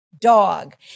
dog